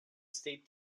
state